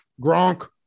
Gronk